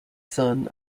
son